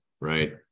Right